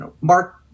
Mark